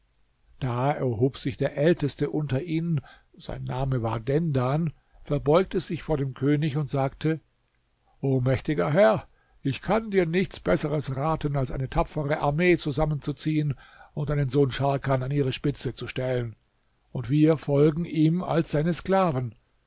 da erhob sich der älteste unter ihnen sein name war dendan verbeugte sich vor dem könig und sagte o mächtiger herr ich kann dir nichts besseres raten als eine tapfere armee zusammenzuziehen und deinen sohn scharkan an ihre spitze zu stellen und wir folgen ihm als seine sklaven